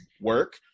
work